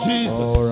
Jesus